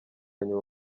nyuma